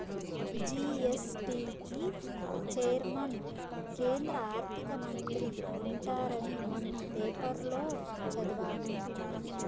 GST కి chairman కేంద్ర ఆర్థిక మంత్రి ఉంటారని మొన్న పేపర్లో చదివాను